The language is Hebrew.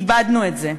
איבדנו את זה.